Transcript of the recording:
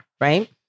right